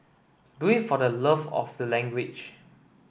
do it for the love of the language